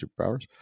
superpowers